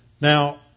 Now